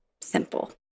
simple